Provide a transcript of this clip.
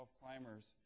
climbers